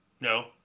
No